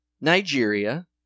Nigeria